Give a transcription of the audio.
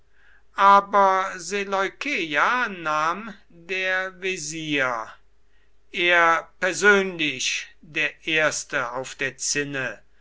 aber seleukeia nahm der wesir er persönlich der erste auf der zinne